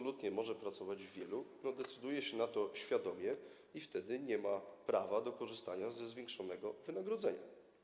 Zdecydowanie może pracować w wielu, tylko że decyduje się na to świadomie i wtedy nie ma prawa do korzystania ze zwiększonego wynagrodzenia.